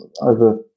over